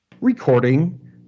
recording